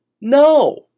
No